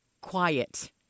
Quiet